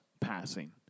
passing